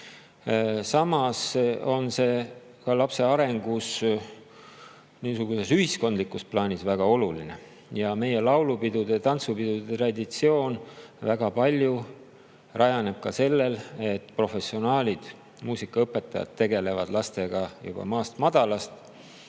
hea. Samas on see lapse arengus ka ühiskondlikus plaanis väga oluline. Meie laulupidude ja tantsupidude traditsioon väga palju rajaneb sellel, et professionaalid, muusikaõpetajad tegelevad lastega juba maast madalast,